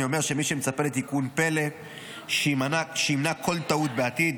אני אומר שמי שמצפה לטיפול פלא שימנע כל טעות בעתיד,